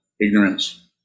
ignorance